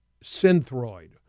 Synthroid